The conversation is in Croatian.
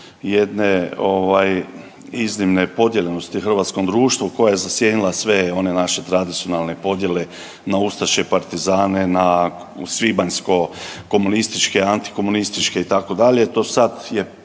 jedne iznimne podjele u hrvatskom društvu koja je zasjenila sve one naše tradicionalne podjele na ustaše i partizane na svibanjsko komunističke, antikomunističke itd.,